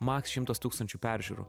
maks šimtas tūkstančių peržiūrų